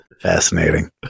fascinating